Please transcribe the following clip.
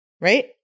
right